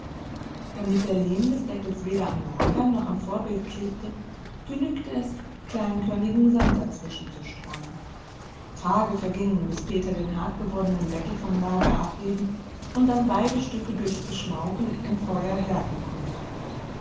damit der lehm des deckels weder am lager noch am vorbild klebte genügte es kleinkörnigen sand dazwischen zu streuen tage vergingen bis peter den hart gewordenen deckel vom lager abheben und dann beide stücke durch beschmauchen im feuer härten konnte